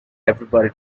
everybody